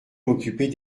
m’occuper